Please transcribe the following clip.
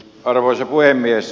arvoisa puhemies